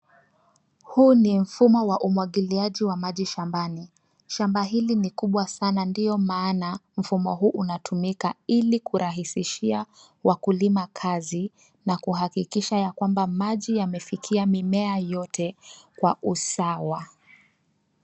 Huu ni mfumo wa umwagiliaji wa maji shambani. Shamba hili ni kubwa sana ndiyo maana mfumo huu unatumika ili kurahisishia wakulima kazi na kuhakikisha ya kwamba maji yamefikia mimea yote kwa usawa.